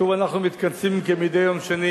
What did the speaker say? שוב אנחנו מתכנסים כמדי יום שני